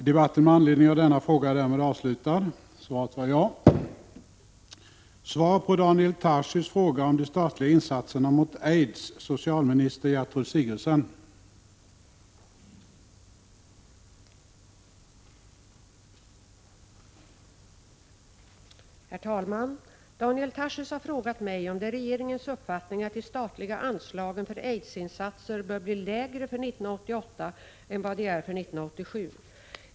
Herr talman! Daniel Tarschys har frågat mig om det är regeringens uppfattning att de statliga anslagen för aidsinsatser bör bli lägre för 1988 än vad de är för 1987.